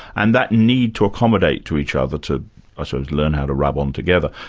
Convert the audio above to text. and that need to accommodate to each other, to i suppose learn how to rub on together,